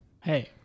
hey